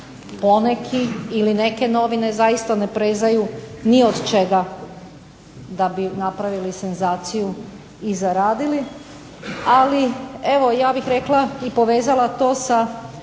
poneki ili neke novine zaista ne prežu ni od čega da bi napravili senzaciju i zaradili ali ja bih rekla i povezala to sa